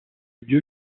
lieu